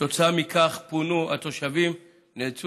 שכתוצאה ממנו פונו התושבים ונאלצו